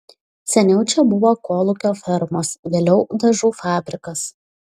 seniau čia buvo kolūkio fermos vėliau dažų fabrikas